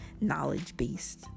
knowledge-based